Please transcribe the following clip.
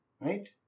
Right